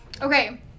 Okay